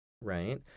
Right